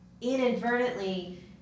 inadvertently